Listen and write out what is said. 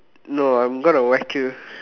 no I'm going to whack you